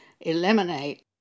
eliminate